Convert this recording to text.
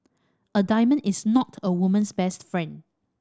a diamond is not a woman's best friend